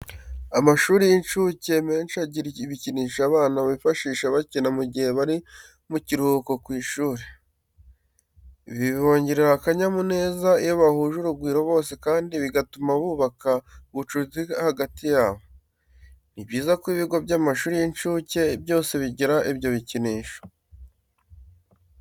Amashuri y'incuke menshi agira ibikinisho abana bifashisha bakina mu gihe bari mu karuhuko ku ishuri. Ibi bibongerera akanyamuneza iyo bahuje urugwiro bose kandi bigatuma bubaka ubucuti hagati yabo. Ni byiza ko ibigo by'amashuri y'incuke byose bigira ibyo bikinisho.